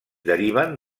deriven